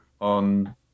on